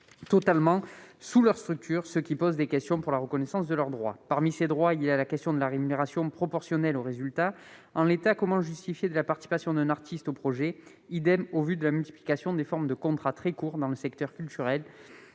structure qui les emploie, ce qui pose des questions pour la reconnaissance de leurs droits. Parmi ces droits figure la rémunération proportionnelle aux résultats. En l'état, comment justifier de la participation d'un artiste au projet ? De la même manière, au vu de la multiplication des formes de contrats très courts dans le secteur culturel,